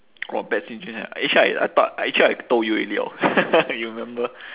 orh bad situation actually I I thought actually I told you already hor you remember